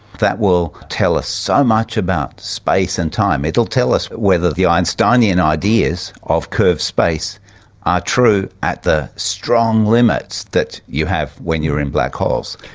that will tell us so much about space and time. it will tell us whether the einsteinian ideas of curved space are true at the strong limits that you have when you are in black holes.